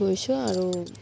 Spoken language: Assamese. গৈছোঁ আৰু